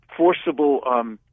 forcible